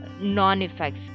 non-effects